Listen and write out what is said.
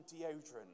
deodorant